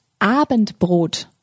Abendbrot